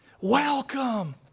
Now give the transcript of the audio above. Welcome